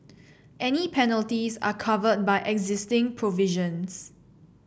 any penalties are covered by existing provisions